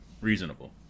reasonable